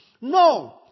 No